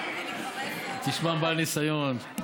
תשמע מבעל ניסיון.